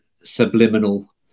subliminal